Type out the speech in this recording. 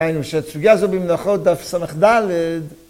‫היינו שאת סוגיה זו ‫במנוחות דף ס"ד.